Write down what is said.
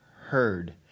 heard